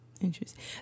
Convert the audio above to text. Interesting